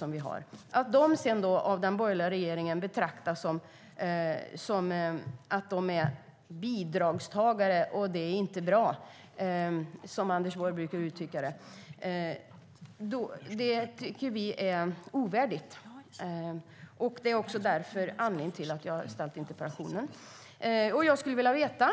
Sedan betraktas de av den borgerliga regeringen som bidragstagare. Det är inte bra att vara bidragstagare, som Anders Borg brukar uttrycka det. Vi tycker att det är ovärdigt. Det är också anledningen till att jag har ställt interpellationen. Jag skulle vilja veta: